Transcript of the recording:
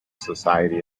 society